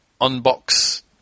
unbox